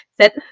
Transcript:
set